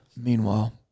Meanwhile